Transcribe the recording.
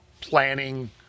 planning